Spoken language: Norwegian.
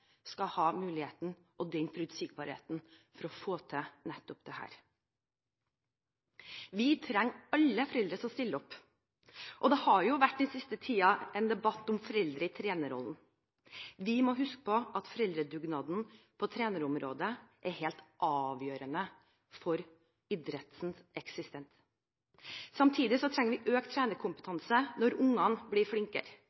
skal ha muligheten og forutsigbarheten for å få til nettopp dette. Vi trenger alle foreldre som stiller opp. Det har jo den siste tiden vært en debatt om foreldre i trenerrollen. Vi må huske at foreldredugnaden på trenerområdet er helt avgjørende for idrettens eksistens. Samtidig trenger vi økt